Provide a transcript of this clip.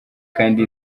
kandi